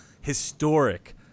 historic